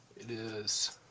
it is